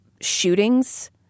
Shootings